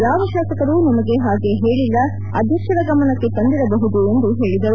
ಯಾವ ಶಾಸಕರು ನಮ್ನಗೆ ಹಾಗೆ ಹೇಳಿಲ್ಲ ಅಧ್ಯಕ್ಷರ ಗಮನಕ್ಕೆ ತಂದಿರಬಹುದು ಎಂದು ಹೇಳಿದರು